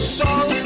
song